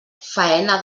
faena